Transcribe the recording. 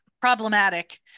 problematic